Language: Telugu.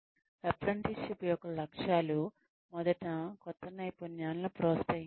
అప్రెంటిస్షిప్ యొక్క లక్ష్యాలు మొదట కొత్త నైపుణ్యాలను ప్రోత్సహించడం